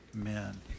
Amen